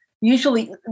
Usually